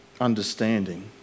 understanding